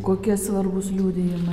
kokie svarbūs liudijimai